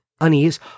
unease